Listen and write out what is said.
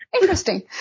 Interesting